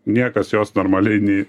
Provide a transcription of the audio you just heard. niekas jos normaliai nei